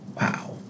Wow